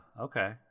okay